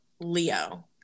Leo